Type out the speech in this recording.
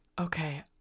Okay